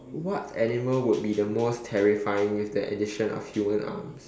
what animal would be the most terrifying with the addition of human arms